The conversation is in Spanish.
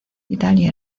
italia